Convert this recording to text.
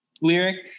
lyric